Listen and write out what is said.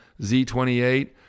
Z28